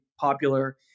popular